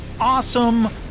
awesome